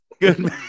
Good